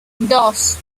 dos